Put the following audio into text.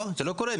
זה לא קורה,